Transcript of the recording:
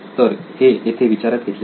तर हे येथे विचारात घेतलेले आहे